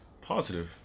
Positive